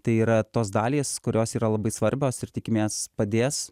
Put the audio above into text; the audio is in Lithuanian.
tai yra tos dalys kurios yra labai svarbios ir tikimės padės